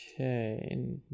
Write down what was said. Okay